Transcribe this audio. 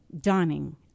dawning